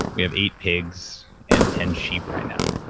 we have eight pigs and ten sheep right now.